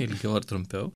ilgiau ar trumpiau